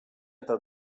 eta